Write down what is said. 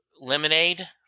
Lemonade